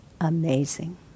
amazing